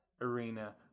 arena